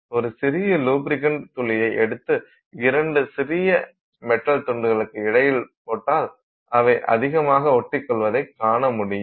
ஒரு சிறிய லுபிரிக்ண்ட் துளியை எடுத்து இரண்டு சிறிய மெட்டல் துண்டுகளுக்கு இடையில் போட்டால் அவை அதிகமாக ஒட்டிக்கொள்வதைக் காணமுடியும்